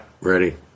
ready